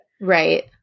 right